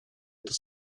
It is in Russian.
это